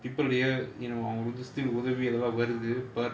people here you know அவங்களுக்கு:avangalukku still உதவி எல்லாம் வருது:uthavi ellaam varuthu